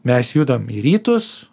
mes judam į rytus